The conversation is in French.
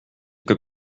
que